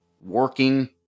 working